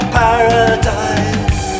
paradise